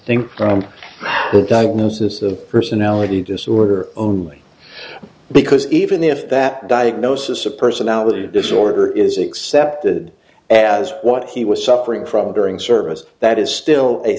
distinct from the diagnosis of personality disorder only because even if that diagnosis a personality disorder is accepted as what he was suffering from during service that is still a